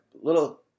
little